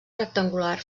rectangular